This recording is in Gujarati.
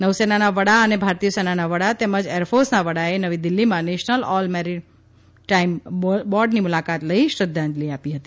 નૌસેનાના વડા અને ભારતીય સેનાના વડા તેમજ એરફોર્સના વડાએ નવી દિલ્ફીમાં નેશનલ ઓલ મેમોરિયલની મુલાકાત લઇ શ્રદ્ધાંજલિ આપી હતી